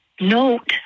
note